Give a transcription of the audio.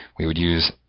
we would use.